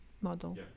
model